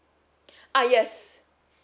ah yes